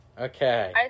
Okay